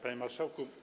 Panie Marszałku!